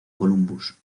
columbus